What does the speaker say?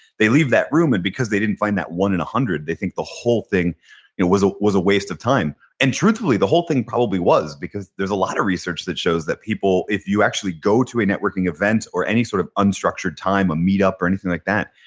they leave that room and because they didn't find that one in a one hundred they think the whole thing was a was a waste of time and truthfully the whole thing probably was because there's a lot of research that shows that people if you actually go to a networking event or any sort of unstructured time, a meet up or anything like that,